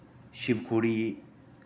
Shiv Khori